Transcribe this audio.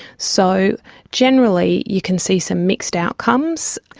so generally you can see some mixed outcomes.